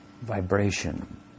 vibration